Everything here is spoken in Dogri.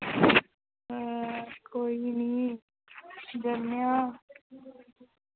हां कोई बी निं जन्ने आं